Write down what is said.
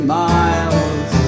miles